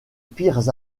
pires